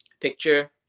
picture